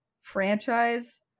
franchise